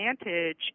advantage